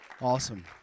awesome